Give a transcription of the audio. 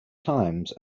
times